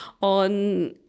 on